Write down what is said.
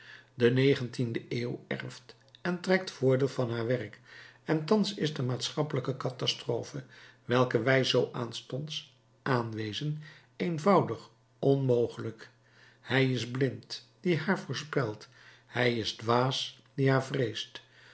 de negentiende eeuw erft en trekt voordeel van haar werk en thans is de maatschappelijke catastrophe welke wij zoo aanstonds aanwezen eenvoudig onmogelijk hij is blind die haar voorspelt hij is dwaas die haar vreest